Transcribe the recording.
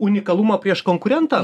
unikalumą prieš konkurentą